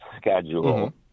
schedule